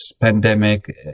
pandemic